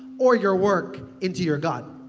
or your work into your god.